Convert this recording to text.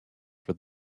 for